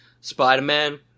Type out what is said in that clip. Spider-Man